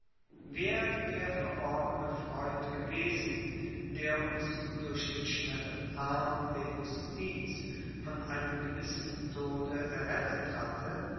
wer der verborgene freund gewesen der uns durch den schnellen arm der justiz von einem gewissen tode errettet hatte